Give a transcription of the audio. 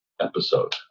episode